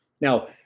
Now